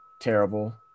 terrible